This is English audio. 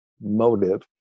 motive